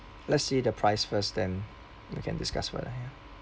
let's see the price first then we can discuss for that ya